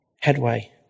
headway